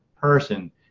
person